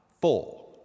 Four